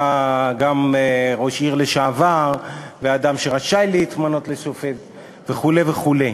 גם ראש עיר לשעבר ואדם שרשאי להתמנות לשופט וכו' וכו'?